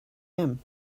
him